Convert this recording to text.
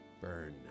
Burn